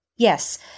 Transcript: Yes